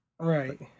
Right